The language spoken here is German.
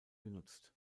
genutzt